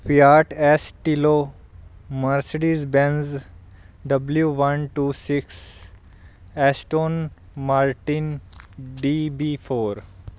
ਪਿਆਠ S Dhillon Mercedes Benz W one two six Aston Martin D B four